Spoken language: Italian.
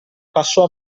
passo